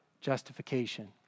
justification